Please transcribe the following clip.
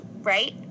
right